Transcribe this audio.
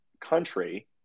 country